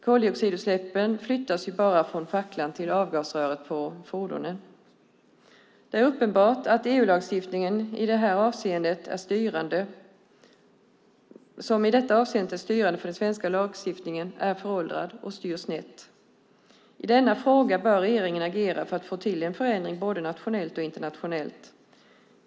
Koldioxidutsläppen flyttas bara från facklan till avgasröret på fordonet. Det är uppenbart att EU-lagstiftningen, som i detta avseende är styrande för den svenska lagstiftningen, är föråldrad och styr snett. I denna fråga bör regeringen agera för att få till en förändring både nationellt och internationellt.